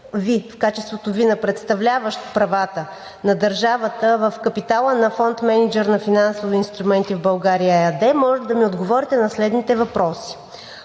в качеството Ви на представляващ правата на държавата в капитала на „Фонд Мениджър на финансови инструменти в България“ ЕАД, моля да ми отговорите на следните въпроси: